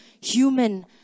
human